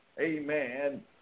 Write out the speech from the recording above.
Amen